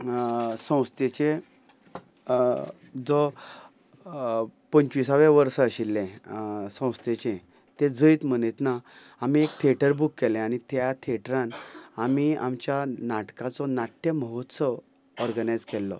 संस्थेचे जो पंचवीसावे वर्स आशिल्लें संस्थेचे तें जैत मनयतना आमी एक थिएटर बूक केलें आनी त्या थिएटरान आमी आमच्या नाटकाचो नाट्य महोत्सव ऑर्गनायज केल्लो